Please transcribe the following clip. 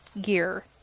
gear